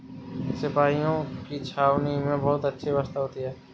सिपाहियों की छावनी में बहुत अच्छी व्यवस्था होती है